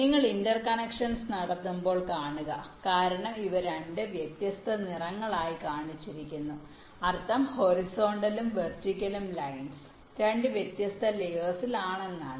നിങ്ങൾ ഇന്റർകണക്ഷൻസ് നടത്തുമ്പോൾ കാണുക കാരണം ഇവ രണ്ട് വ്യത്യസ്ത നിറങ്ങളായി കാണിച്ചിരിക്കുന്നു അർത്ഥം ഹൊറിസോണ്ടലും വെർട്ടിക്കലും ലൈൻസ് രണ്ട് വ്യത്യസ്ത ലയേഴ്സിൽ ആണെന്നാണ്